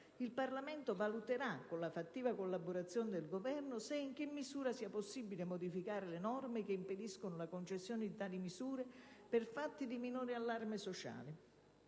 Il Parlamento valuterà, con la fattiva collaborazione del Governo, se e in che misura sia possibile modificare le norme che impediscono la concessione di tali misure per fatti di minore allarme sociale.